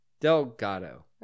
Delgado